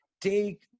Take